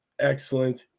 excellent